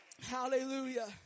Hallelujah